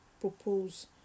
propose